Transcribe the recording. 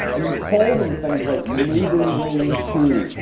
and you call them things like maiden lane two,